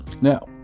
Now